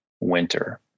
winter